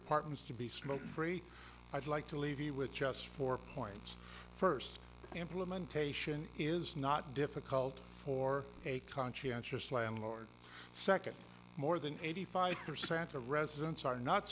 apartments to be smoke free i'd like to leave you with just four points first the implementation is not difficult for a conscientious landlord second more than eighty five percent of residents are not